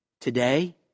Today